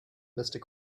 mister